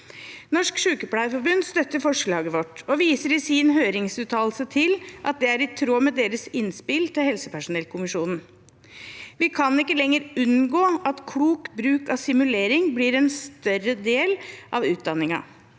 Norsk Sykepleierforbund støtter forslaget vårt og viser i sin høringsuttalelse til at det er i tråd med deres innspill til helsepersonellkommisjonen. Vi kan ikke lenger unngå at klok bruk av simulering blir en større del av utdanningen.